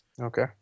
Okay